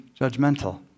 judgmental